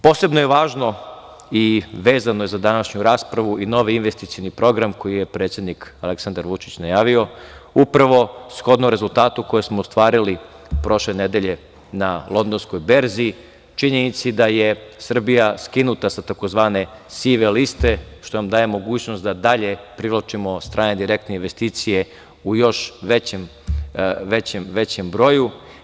Posebno je važno i vezano za današnju raspravu i novi investicioni program, koji je predsednik Vučić najavio, upravo shodno rezultatu koji smo ostvarili prošle nedelje na Londonskoj berzi, činjenica da je Srbija skinuta sa tzv. "sive liste", što nam daje mogućnost da i dalje privlačimo strane direktne investicije u još većem broju.